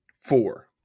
Four